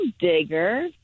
digger